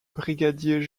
brigadier